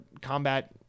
combat